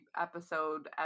episode